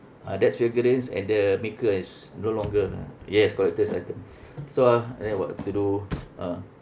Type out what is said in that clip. ah that's figurines and the maker is no longer ah yes collector's item so and then what to do ah